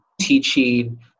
teaching